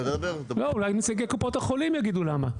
אולי נציגי קופות החולים יגידו למה?